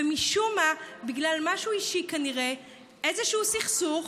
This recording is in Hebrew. ומשום מה, בגלל משהו אישי כנראה, איזשהו סכסוך,